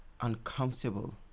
uncomfortable